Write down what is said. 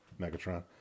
Megatron